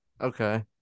Okay